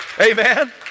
Amen